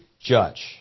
judge